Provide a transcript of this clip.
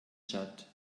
tschad